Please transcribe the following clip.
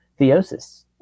theosis